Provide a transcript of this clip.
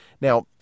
Now